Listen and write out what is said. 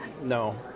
No